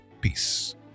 Peace